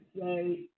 say